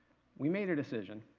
we made a decision